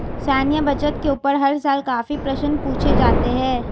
सैन्य बजट के ऊपर हर साल काफी प्रश्न पूछे जाते हैं